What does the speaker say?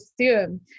assume